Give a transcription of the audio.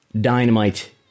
Dynamite